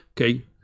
Okay